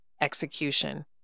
execution